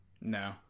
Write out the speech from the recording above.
No